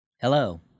Hello